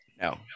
No